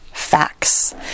Facts